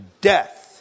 death